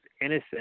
innocent